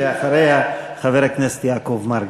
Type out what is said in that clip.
ואחריה, חבר הכנסת יעקב מרגי.